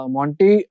Monty